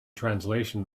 translation